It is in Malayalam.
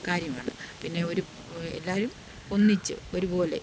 കാര്യമാണ് പിന്നെ ഒരു എല്ലാവരും ഒന്നിച്ച് ഒരുപോലെ